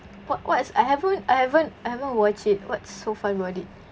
what what is I haven't I haven't I haven't watch it what's so fun about it